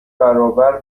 برابر